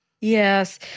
Yes